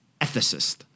ethicist